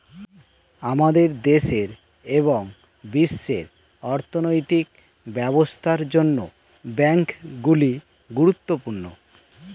আমাদের দেশের এবং বিশ্বের অর্থনৈতিক ব্যবস্থার জন্য ব্যাংকগুলি গুরুত্বপূর্ণ